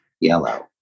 yellow